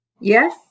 Yes